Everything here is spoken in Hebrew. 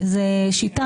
בכל מיני